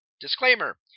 Disclaimer